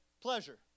Pleasure